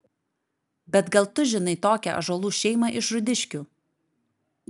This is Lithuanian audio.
bet gal tu žinai tokią ąžuolų šeimą iš rūdiškių